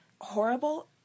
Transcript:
horrible